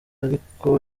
ariko